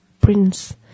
prince